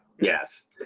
Yes